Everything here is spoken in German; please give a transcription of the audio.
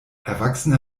erwachsene